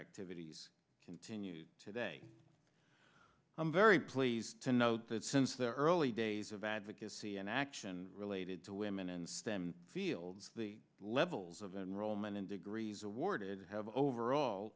activities continues today i'm very pleased to note that since the early days of advocacy and action related to women and stem fields the levels of enrollment and degrees awarded have overall